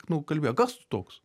nu kalbėjo kas tu toks